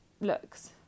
looks